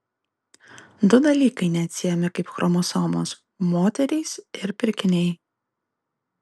du dalykai neatsiejami kaip chromosomos moterys ir pirkiniai